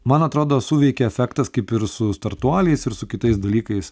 man atrodo suveikė efektas kaip ir su startuoliais ir su kitais dalykais